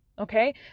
Okay